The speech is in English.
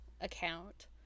account